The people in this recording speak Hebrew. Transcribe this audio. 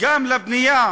גם לבנייה